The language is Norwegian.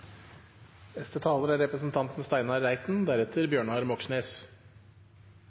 Neste taler er representanten